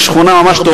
יש שכונה ממש טובה.